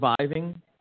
surviving